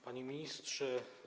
Panie Ministrze!